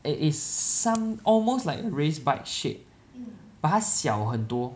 it is some almost like race bike shape but 它小很多